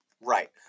Right